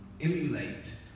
emulate